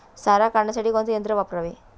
सारा काढण्यासाठी कोणते यंत्र वापरावे?